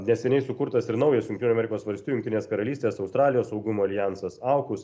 neseniai sukurtas ir naujas jungtinių amerikos valstijų jungtinės karalystės australijos saugumo aljansas aukus